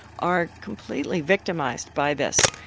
are completely victimised by this,